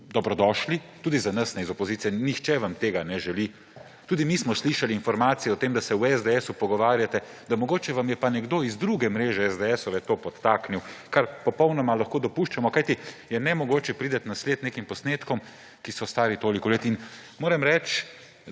dobrodošli, tudi za nas iz opozicije ne, nihče vam tega ne želi. Tudi mi smo slišali informacije o tem, da se v SDS pogovarjate, da mogoče vam je pa nekdo iz druge mreže SDS to podtaknil, kar popolnoma lahko dopuščamo, kajti nemogoče je priti na sled nekim posnetkom, ki so stari toliko let. Moram reči,